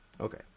Okay